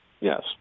Yes